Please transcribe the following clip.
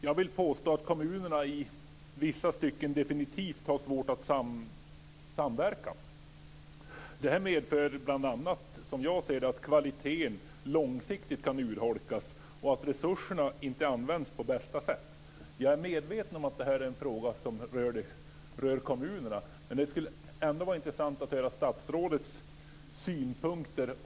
Jag vill påstå att kommunerna i vissa stycken definitivt har svårt att samverka. Detta medför bl.a. att kvaliteten långsiktigt kan urholkas och att resurserna inte används på bästa sätt. Jag är medveten om att detta är en fråga som rör kommunerna, men det skulle ändå vara intressant att höra statsrådets synpunkter.